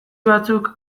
batzuk